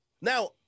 Now